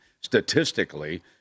statistically